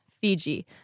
Fiji